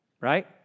right